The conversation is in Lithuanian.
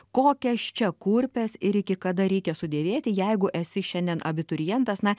kokias čia kurpes ir iki kada reikia sudėvėti jeigu esi šiandien abiturientas na